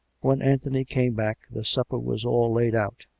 when anthony came back, the supper was' all laid out.